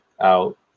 out